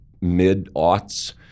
mid-aughts